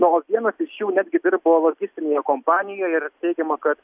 na o vienas iš jų netgi dirbo logistinėje kompanijoj ir teigiama kad